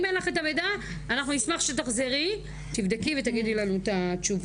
אם אין לכם את המידע אנחנו נשמח שתבדקי ותחזרי אלינו עם תשובה.